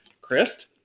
Chris